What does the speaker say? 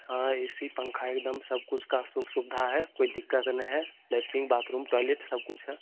हाँ A C पंखा एकदम सब कुछ का सुख सुविधा है कोई दिक्कत न है लैट्रिन बाथरूम टॉयलेट सब कुछ है